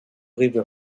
river